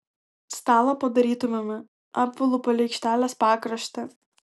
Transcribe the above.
stalą padarytumėme apvalų palei aikštelės pakraštį